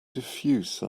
diffuse